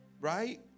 right